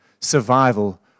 survival